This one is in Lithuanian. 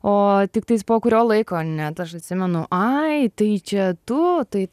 o tiktais po kurio laiko net aš atsimenu ai tai čia tu tai